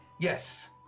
Yes